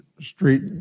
Street